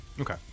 okay